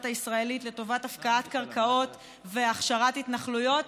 הישראלית לטובת הפקעת קרקעות והכשרת התנחלויות,